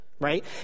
right